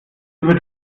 über